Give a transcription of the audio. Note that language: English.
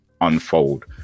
Unfold